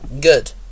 Good